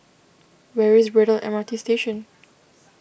where is Braddell M R T Station